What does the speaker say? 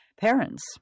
Parents